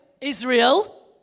Israel